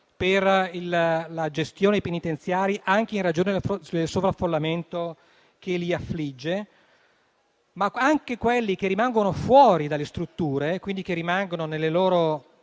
per la gestione dei penitenziari, anche in ragione del sovraffollamento che li affligge. Tuttavia, anche quelli che rimangono fuori dalle strutture, quindi che rimangono nelle loro